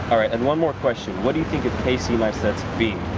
alright, and one more question, what do you think of casey neistat's beme,